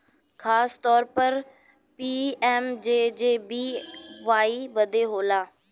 खासतौर पर पी.एम.जे.जे.बी.वाई बदे होला